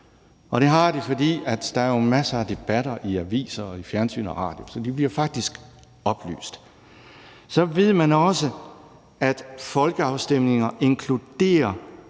Og det har de, fordi der jo er masser af debatter i aviser og i fjernsyn og radio, så de bliver faktisk oplyst. Så ved man også, at folkeafstemninger inkluderer